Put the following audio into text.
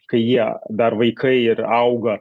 kai jie dar vaikai ir auga